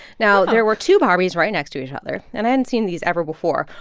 now, there were two barbies right next to each other, and i hadn't seen these ever before.